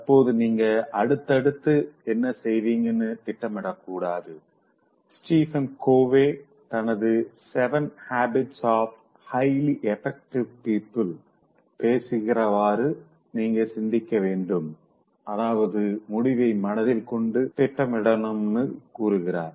தற்போது நீங்க அடுத்தடுத்து என்ன செய்வீங்கனு திட்டமிடக்கூடாது ஸ்டீவன் கோவி தனது 7 ஹாபிட்ஸ் ஆப் ஹைலி எபெக்ட்டிவ் பீப்பிளிள் பேசுகிறவாறு நீங்க சிந்திக்க வேண்டும் அதாவது முடிவை மனதில் கொண்டு திட்டமிடனும்னு கூறுகிறார்